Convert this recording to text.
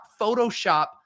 Photoshop